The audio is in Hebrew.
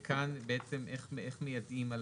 איך מיידעים את